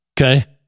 Okay